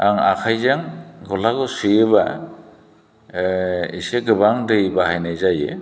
आं आखाइजों गस्लाखौ सुयोबा एसे गोबां दै बाहायनाय जायो